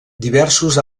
diversos